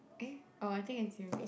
eh oh I think it's you